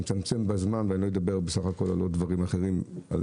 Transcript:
אני אצמצם בזמן ולא אדבר על דברים אחרים,